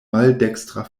maldekstra